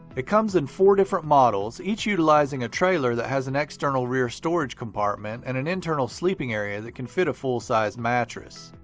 it comes in four different models, each utilizing a trailer that has an external rear storage compartment and an internal sleeping area that can fit a full-sized mattress.